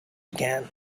began